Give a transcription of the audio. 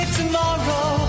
tomorrow